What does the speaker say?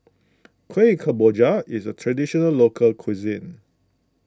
Kueh Kemboja is a Traditional Local Cuisine